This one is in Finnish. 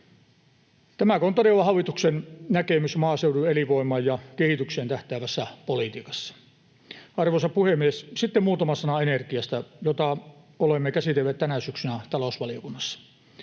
Tämäkö on todella hallituksen näkemys maaseudun elinvoimaan ja kehitykseen tähtäävässä politiikassa? Arvoisa puhemies! Sitten muutama sana energiasta, jota olemme käsitelleet tänä syksynä talousvaliokunnassa: